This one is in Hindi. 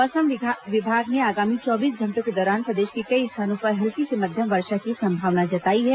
मौसम विभाग ने आगामी चौबीस घंटों के दौरान प्रदेश के कई स्थानों पर हल्की से मध्यम वर्षा की संभावना जताई है